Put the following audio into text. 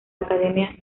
academia